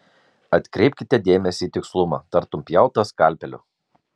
atkreipkite dėmesį į tikslumą tartum pjauta skalpeliu